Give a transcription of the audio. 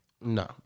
No